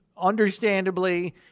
understandably